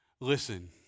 Listen